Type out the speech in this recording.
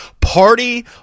Party